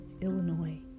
Illinois